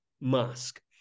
mask